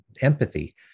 empathy